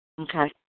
Okay